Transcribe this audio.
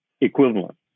equivalent